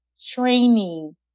training